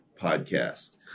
Podcast